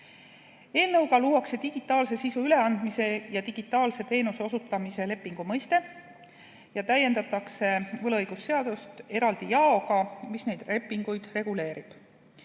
Eelnõuga luuakse digitaalse sisu üleandmise ja digitaalse teenuse osutamise lepingu mõiste ja täiendatakse võlaõigusseadust eraldi jaoga, kus neid lepinguid reguleeritakse.